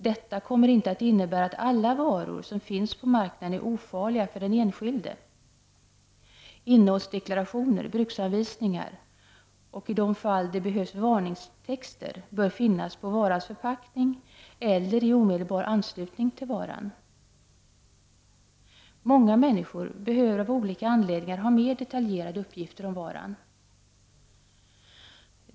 Detta kommer inte att innebära att alla varor som finns på marknaden är ofarliga för den enskilde. Innehållsdeklarationer, bruksanvisningar och, i de fall där det behövs, varningstexter bör finnas på varans förpackning eller i omedelbar anslutning till varan. Många människor behöver av olika anledningar ha mer detaljerade uppgifter om varan.